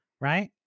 right